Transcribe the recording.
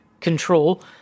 control